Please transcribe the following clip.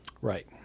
Right